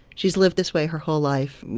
she has lived this way her whole life.